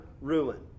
ruin